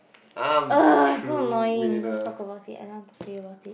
!uh! so annoying don't talk about it I don't want to talk to you about it